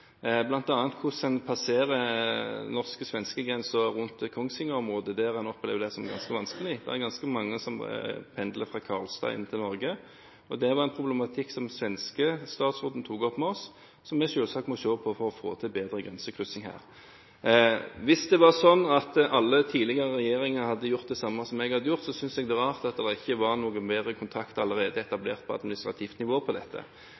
der opplever en det som ganske vanskelig. Det er ganske mange som pendler fra Karlstad til Norge. Det er en problematikk som den svenske statsråden har tatt opp med oss, og som vi selvsagt må se på for å få til en bedre grensekryssing. Hvis det var sånn at alle tidligere regjeringer har gjort det samme som meg, synes jeg det er rart at det ikke allerede er etablert bedre kontakt på administrativt nivå om dette.